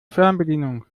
fernbedienung